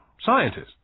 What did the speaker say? scientists